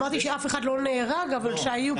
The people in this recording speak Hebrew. אמרתי שאף אחד לא נהרג אבל שהיו --- לא,